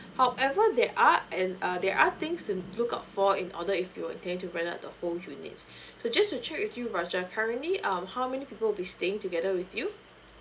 however there are e~ uh there are things to look out for in order if you were intend to rent out the whole units so just to check with you raja currently um how many people will be staying together with you